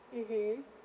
mmhmm